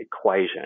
equation